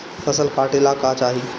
फसल काटेला का चाही?